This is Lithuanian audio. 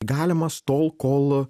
galimas tol kol